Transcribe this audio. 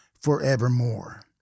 forevermore